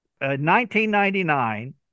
1999